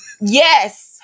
yes